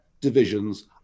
divisions